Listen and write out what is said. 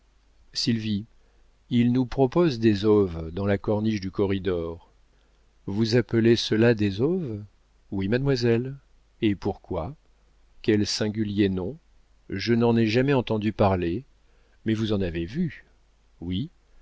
goût sylvie il nous propose des oves dans la corniche du corridor vous appelez cela des oves oui mademoiselle et pourquoi quel singulier nom je n'en ai jamais entendu parler mais vous en avez vu oui